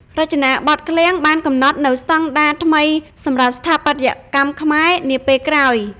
រចនាបថឃ្លាំងបានកំណត់នូវស្តង់ដារថ្មីសម្រាប់ស្ថាបត្យកម្មខ្មែរនាពេលក្រោយ។